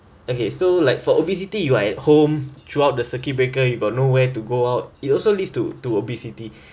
okay so like for obesity you are at home throughout the circuit breaker you got nowhere to go out it also leads to to obesity